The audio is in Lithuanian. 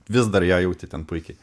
vis dar ją jauti ten puikiai